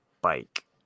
bike